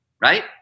right